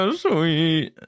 sweet